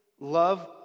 love